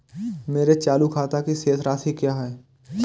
मेरे चालू खाते की शेष राशि क्या है?